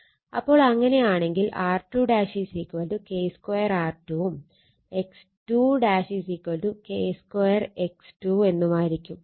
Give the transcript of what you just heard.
അപ്പോൾ അങ്ങനെയാണെങ്കിൽ R2 K2 R2 ഉം X2 K 2 X2 എന്നുമായിരിക്കും